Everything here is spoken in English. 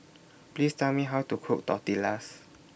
Please Tell Me How to Cook Tortillas